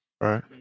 Right